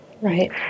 Right